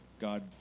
God